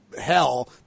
hell